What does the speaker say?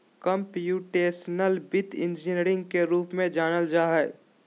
computational वित्त engineering के रूप में जानल जा हइ